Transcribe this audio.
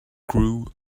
grew